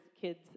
kids